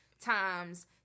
times